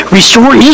restore